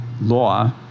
law